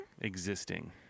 Existing